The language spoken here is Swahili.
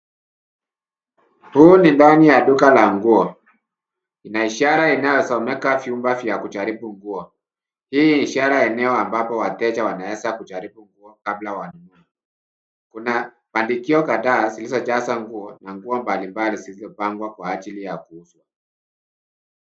Huu ni ndani ya duka la nguo. Ina ishara inayosomeka vyumba vya kujaribu nguo . Hii ishara ya eneo ambapo wateja wanaweza kujaribu nguo kabla wanunue. Kuna bandikio kadhaa zilizojaza nguo mbali mbali zilizopangwa kwa ajili ya kuuzwa.